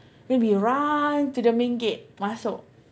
then we run to the main gate masuk